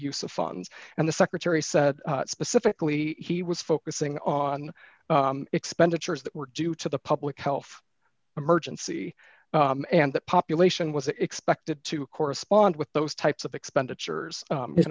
of funds and the secretary said specifically he was focusing on expenditures that were due to the public health emergency and that population was expected to correspond with those types of expenditures